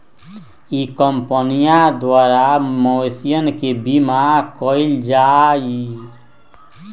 ई कंपनीया द्वारा मवेशियन के बीमा कइल जाहई